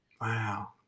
Wow